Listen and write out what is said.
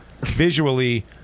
visually